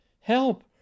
Help